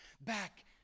Back